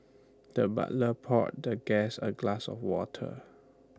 the butler poured the guest A glass of water